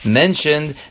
mentioned